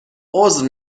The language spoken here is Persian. عذر